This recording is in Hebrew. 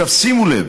שימו לב,